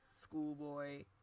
Schoolboy